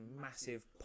massive